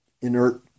inert